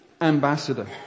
ambassador